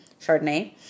Chardonnay